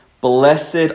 Blessed